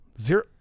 zero